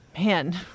Man